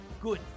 Good